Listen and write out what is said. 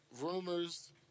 rumors